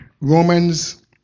Romans